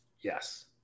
Yes